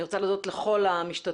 אני רוצה להודות לכל המשתתפים,